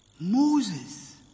Moses